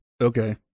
Okay